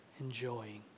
enjoying